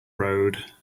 road